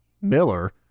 Miller